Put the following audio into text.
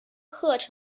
课程